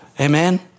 Amen